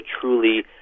truly